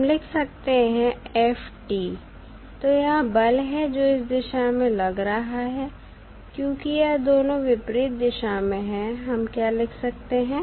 हम लिख सकते हैं f t तो यह बल है जो इस दिशा में लग रहा है क्योंकि यह दोनों विपरीत दिशा में है हम क्या लिख सकते हैं